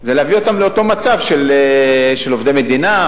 זה להביא אותם לאותו מצב של עובדי מדינה,